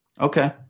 Okay